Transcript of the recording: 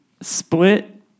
split